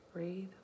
Breathe